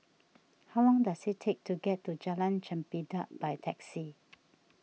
how long does it take to get to Jalan Chempedak by taxi